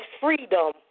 freedom